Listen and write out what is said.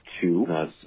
two